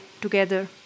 together